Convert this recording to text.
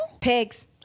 Pigs